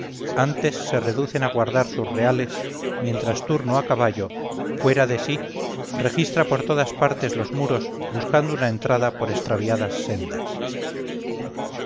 antes se reducen a guardar sus reales mientras turno a caballo fuera de sí registra por todas partes los muros buscando una entrada por extraviadas sendas